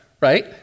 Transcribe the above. right